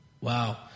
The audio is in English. Wow